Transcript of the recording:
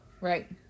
Right